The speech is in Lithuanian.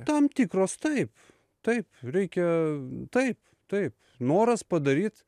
tam tikros taip taip reikia taip taip noras padaryt